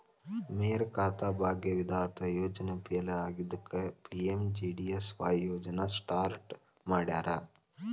ಮೇರಾ ಖಾತಾ ಭಾಗ್ಯ ವಿಧಾತ ಯೋಜನೆ ಫೇಲ್ ಆಗಿದ್ದಕ್ಕ ಪಿ.ಎಂ.ಜೆ.ಡಿ.ವಾಯ್ ಯೋಜನಾ ಸ್ಟಾರ್ಟ್ ಮಾಡ್ಯಾರ